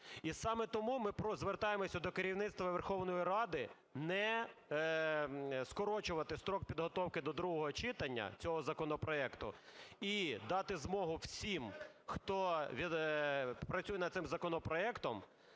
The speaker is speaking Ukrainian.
І саме тому ми звертаємося до керівництва Верховної Ради не скорочувати строк підготовки до другого читання цього законопроекту і дати змогу всім, хто працює над цим законопроектом,